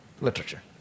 literature